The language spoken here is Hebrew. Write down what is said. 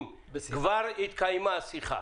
אם כבר התקיימה שיחה